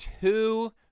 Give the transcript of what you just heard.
two